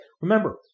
Remember